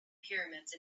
pyramids